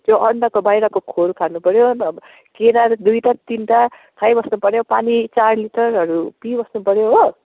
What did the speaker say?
त्यो अन्डाको बाहिरको खोल खानुपर्यो अब केरा दुईवटा तिनवटा खाइ बस्नुपर्यो पानी चार लिटरहरू पिइ बस्नुपर्यो हो